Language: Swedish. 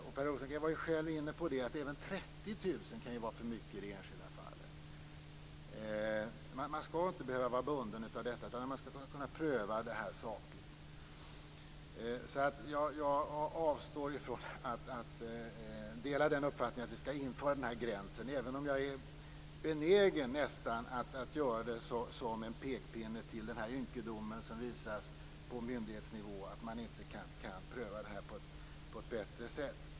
Per Rosengren var själv inne på att även 30 000 kr kan vara för mycket i det enskilda fallet. Man skall inte behöva vara bunden av detta, utan man skall kunna pröva det här sakligt. Jag avstår alltså från att dela uppfattningen att vi skall införa den här gränsen, även om jag nästan är benägen att göra det som en pekpinne mot den ynkedom som visas på myndighetsnivå, dvs. att man inte kan pröva det här på ett bättre sätt.